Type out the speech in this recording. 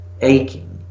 aching